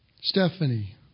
Stephanie